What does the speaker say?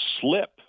slip